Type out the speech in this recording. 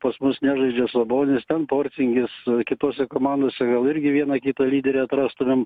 pas mus nežaidžia sabonis ten porzingis kitose komandose gal irgi vieną kitą lyderį atrastumėm